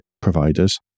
providers